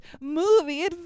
movie